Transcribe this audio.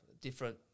different